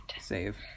save